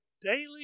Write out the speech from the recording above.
Daily